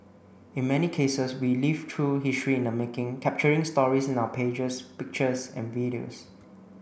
in many cases we live through history in the making capturing stories in our pages pictures and videos